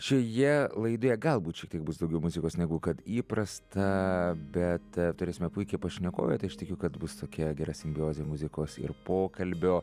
šioje laidoje galbūt šiek tiek bus daugiau muzikos negu kad įprasta bet turėsime puikią pašnekovę tai aš tikiu kad bus tokia gera simbiozė muzikos ir pokalbio